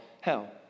hell